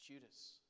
Judas